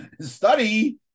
study